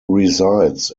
resides